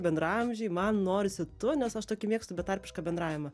bendraamžiai man norisi tu nes aš tokį mėgstu betarpišką bendravimą